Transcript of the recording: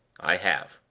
i have.